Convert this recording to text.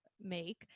make